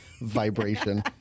vibration